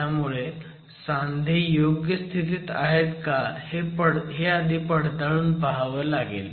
त्यामुळे सांधे योग्य स्थितीत आहेत का हे पडताळून पहावं लागेल